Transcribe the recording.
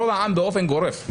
רוב העם באופן גורף.